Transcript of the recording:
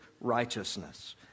righteousness